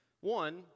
One